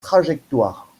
trajectoire